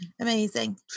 amazing